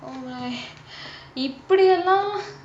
oh my இப்படியெல்லா:ippadiyella